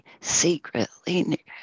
secretly